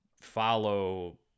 follow